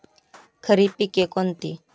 खरीप पिके कोणती?